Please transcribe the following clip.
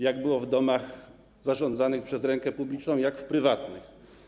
Jak było w domach zarządzanych przez rękę publiczną, a jak w prywatnych?